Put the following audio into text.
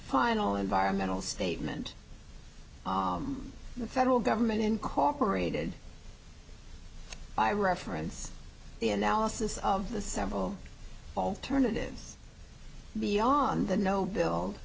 final environmental statement the federal government incorporated by reference the analysis of the several alternatives beyond the no buil